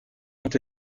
ont